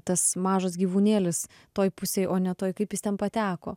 tas mažas gyvūnėlis toj pusėj o ne toj kaip jis ten pateko